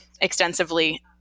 extensively